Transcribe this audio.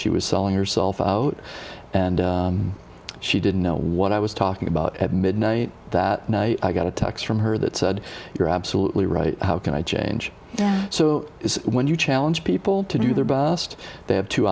she was selling herself and she didn't know what i was talking about at midnight that night i got a text from her that said you're absolutely right how can i change there so when you challenge people to do their best they have two